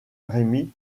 remi